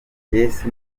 yesu